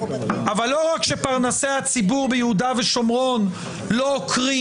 אבל לא רק שפרנסי הציבור ביהודה ושומרון לא עוקרים